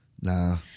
Nah